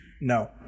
No